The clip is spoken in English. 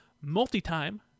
multi-time